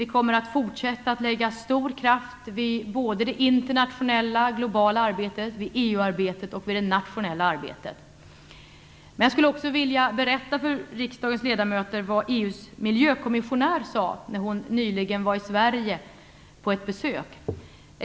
Vi kommer att fortsätta att lägga stor kraft vid både det internationella, globala arbetet, vid EU-arbetet och vid det nationella arbetet. Jag skulle också vilja berätta för riksdagens ledamöter vad EU:s miljökommissionär sade när hon nyligen var på besök i Sverige.